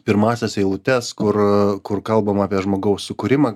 pirmąsias eilutes kur kur kalbama apie žmogaus sukūrimą